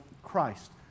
Christ